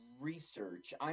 research